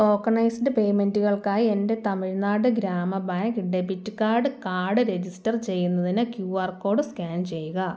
tokenised പേയ്മെൻ്റുകൾക്കായി എൻ്റെ Tamil Nadu Grama Bank debit card card register ചെയ്യുന്നതിന് ക്യു ആർ കോഡ് സ്കാൻ ചെയ്യുക